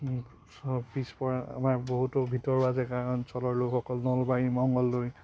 চব পিছপৰা আমাৰ বহুতো ভিতৰুৱা জেগা অঞ্চলৰ লোকসকল নলবাৰী মঙলদৈ